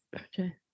Okay